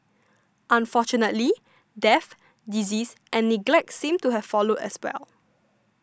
unfortunately death disease and neglect seemed to have followed as well